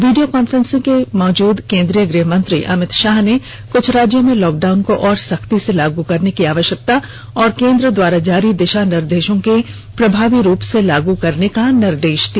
video conferencing में मौजूद केंद्रीय गृह मंत्री अमित शाह ने कुछ राज्यों में लॉकडाउन को और सख्ती से लागू करने की आवश्यकता और केंद्र द्वारा जारी दिशा निर्देशों के प्रभावी रूप से लागू करने का निर्देष दिया